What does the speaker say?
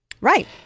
Right